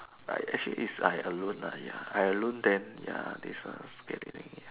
right actually is I alone lah ya I alone then ya this one was scary